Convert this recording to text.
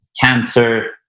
cancer